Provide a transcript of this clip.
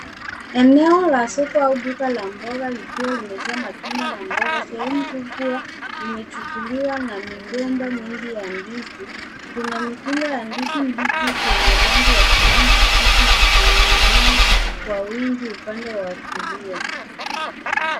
Eneo la soko au duka la mboga likiwa limejaa matunda na mboga. Sehemu kubwa imechukuliwa na migomba mingi ya ndizi, kuna mikunga ya ndizi mbichi zenye rangi ya kijani kibichi zikining'inia kwa wingi upande wa kulia.